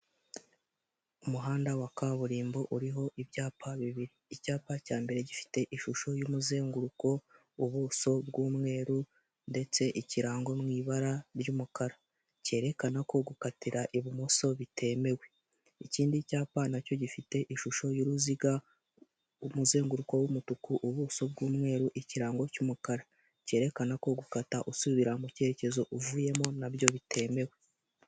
Umuhanda wa kaburimbo uriho ibyapa bibiri. Icyapa cya mbere gifite ishusho y'umuzenguruko, ubuso bw'umweru ndetse ikirango mu ibara ry'umukara, cyerekana ko gukatira ibumoso bitemewe. Ikindi cyapa na cyo gifite ishusho y'uruziga, umuzenguruko w'umutuku, ubuso bw'umweru, ikirango cy'umukara, cyerekana ko gukata usubira mu cyerekezo uvuyemo na byo bitemewe.